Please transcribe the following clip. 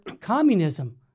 communism